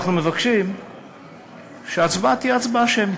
אנחנו מבקשים שההצבעה תהיה הצבעה שמית.